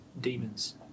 demons